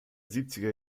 siebziger